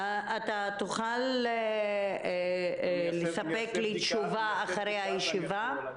האם תוכל לספק לי תשובה לאחר הישיבה?